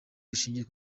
rishingiye